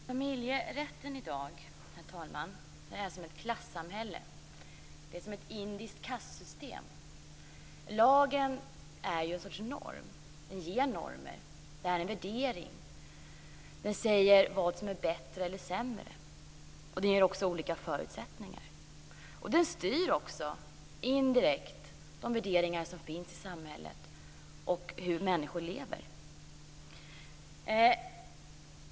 Herr talman! Familjerätten är i dag som ett klasssamhälle. Den är som ett indiskt kastsystem. Lagen är en sorts norm. Den ger normer. Den uttrycker en värdering. Den säger vilket som är bättre och vilket som sämre. Den ger också olika förutsättningar. Den styr också indirekt de värderingar som finns i samhället och hur människor lever.